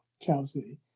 Chelsea